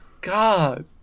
God